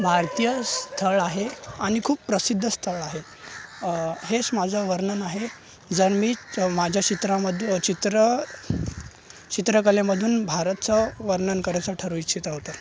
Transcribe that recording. भारतीय स्थळ आहे आणि खूप प्रसिद्ध स्थळ आहे हेच माझं वर्णन आहे जर मी माझ्या क्षेत्रामध् चित्र चित्रकलेमधून भारतचं वर्णन करायचं ठरवू इच्छित आहे तर